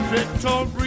Victory